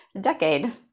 decade